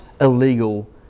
illegal